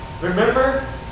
Remember